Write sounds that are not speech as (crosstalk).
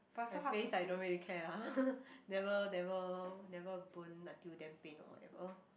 my face I don't really care ah (laughs) never never never burned until damn pain or whatever